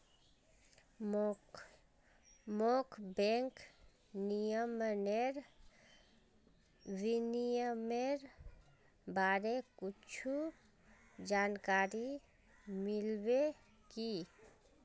मोक बैंक विनियमनेर बारे कुछु जानकारी मिल्बे की